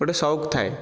ଗୋଟିଏ ଶଉକ ଥାଏ